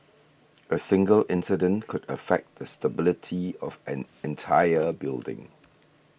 a single incident could affect the stability of an entire building